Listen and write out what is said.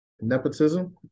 nepotism